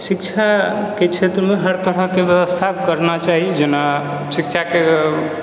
शिक्षाके क्षेत्रमे हर तरहके व्यवस्था करना चाही जेना शिक्षाके